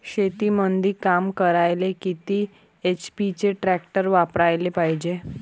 शेतीमंदी काम करायले किती एच.पी चे ट्रॅक्टर वापरायले पायजे?